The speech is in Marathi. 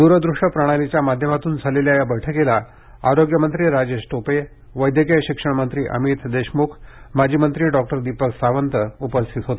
द्रदृष्य प्रणालीच्या माध्यमातून झालेल्या या बैठकीला आरोग्य मंत्री राजेश टोपे वैद्यकीय शिक्षण मंत्री अमित देशमुख माजी मंत्री डॉक्टर दीपक सावंत उपस्थित होते